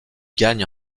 gagne